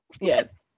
yes